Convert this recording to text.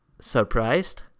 Surprised